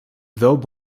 though